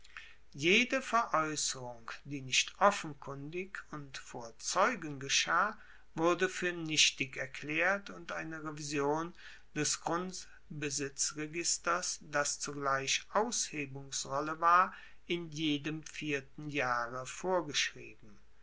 jede veraeusserung die nicht offenkundig und vor zeugen geschah wurde fuer nichtig erklaert und eine revision des grundbesitzregisters das zugleich aushebungsrolle war in jedem vierten jahre vorgeschrieben